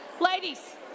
ladies